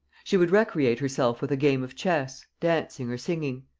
she would recreate herself with a game of chess, dancing or singing.